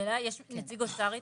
שאלה, יש נציג אוצר איתנו?